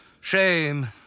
Shame